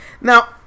Now